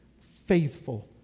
Faithful